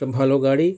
একটা ভালো গাড়ি